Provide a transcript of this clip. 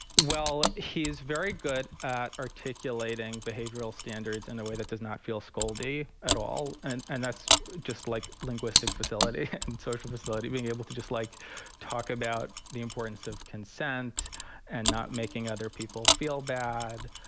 well, he's very good at articulating behavioral standards in a way that does not feel skoal day at all. and and that's just like linguistic facility and social facility being able to just like talk about the importance of consent and not making other people feel bad.